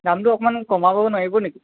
দামটো অকণমান কমাব নোৱাৰিব নেকি